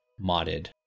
modded